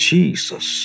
Jesus